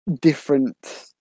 different